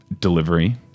delivery